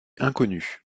inconnue